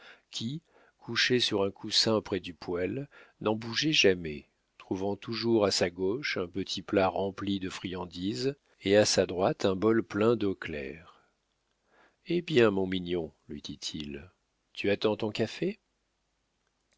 qui couché sur un coussin près du poêle n'en bougeait jamais trouvant toujours à sa gauche un petit plat rempli de friandises et à sa droite un bol plein d'eau claire eh bien mon mignon lui dit-il tu attends ton café